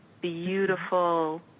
beautiful